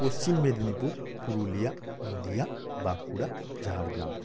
Paschim Medinipur Purulia Nadia Bankura Jhargram